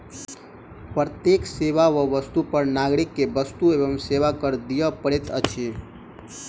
प्रत्येक सेवा आ वस्तु पर नागरिक के वस्तु एवं सेवा कर दिअ पड़ैत अछि